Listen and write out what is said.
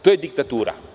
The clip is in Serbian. To je diktatura.